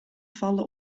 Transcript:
vallen